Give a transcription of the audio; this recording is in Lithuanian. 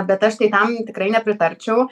bet aš tai tam tikrai nepritarčiau